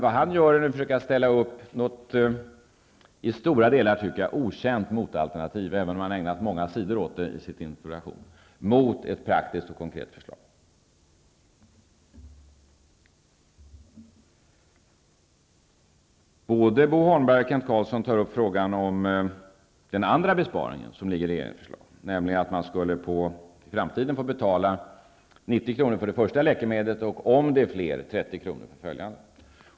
Vad han gör är att försöka ställa upp ett i stora delar okänt motalternativ, även om han ägnat många sidor åt det i sin interpellation, mot ett praktiskt och konkret förslag. Både Bo Holmberg och Kent Carlsson har tagit upp frågan om den andra besparing som ligger i regeringens förslag, nämligen att man i framtiden skulle få betala 90 kr. för det första läkemedlet och, om det är fler, 30 kr. för följande.